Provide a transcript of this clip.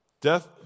Death